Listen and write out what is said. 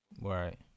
Right